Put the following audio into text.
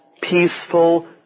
peaceful